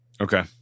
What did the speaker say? Okay